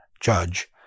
judge